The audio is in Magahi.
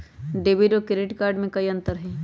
डेबिट और क्रेडिट कार्ड में कई अंतर हई?